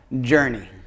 journey